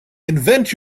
invent